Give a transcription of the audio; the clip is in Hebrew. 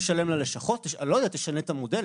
תשלם ללשכות או תשנה את המודל,